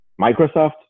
Microsoft